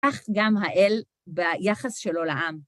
כך גם האל ביחס שלו לעם.